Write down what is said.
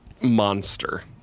monster